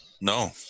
no